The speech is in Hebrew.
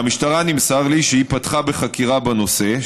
נמסר לי שהמשטרה פתחה בחקירה בנושא,